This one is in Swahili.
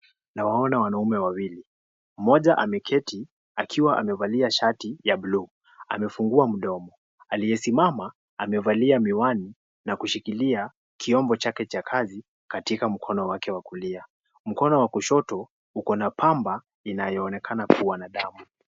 Nawaona wanaume wawili. Mmoja ameketi akiwa amevalia shati ya buluu. Amefungua mdomo. Aliyesimama amevalia miwani na kushikilia chombo chake cha kazi katika mkono wake wakulia. Mkono wakushoto ukona pamba inayoonekana kuwa na damu.